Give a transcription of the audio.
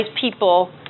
people